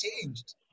changed